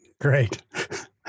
Great